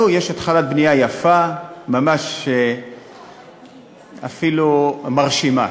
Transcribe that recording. יש התחלת בנייה יפה ממש, אפילו מרשימה.